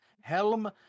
Helm